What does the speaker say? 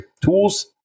tools